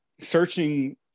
Searching